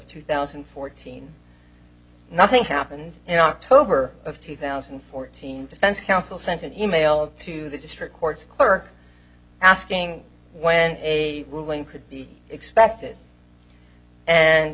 two thousand and fourteen nothing happened in october of two thousand and fourteen defense counsel sent an email to the district court clerk asking when a ruling could be expected and